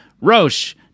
Roche